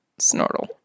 Snortle